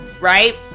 right